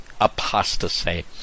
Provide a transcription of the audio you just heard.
apostasy